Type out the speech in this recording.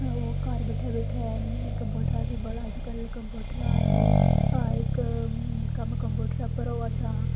ओह् घर बैठे बैठे कंप्यूटर बड़ा अज्जकल कंप्यूटर दा हर इक कम्म कंप्यूटर पर होआ दा